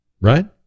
Right